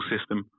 system